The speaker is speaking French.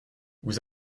vous